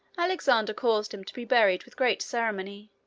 alexander caused him to be buried with great ceremony,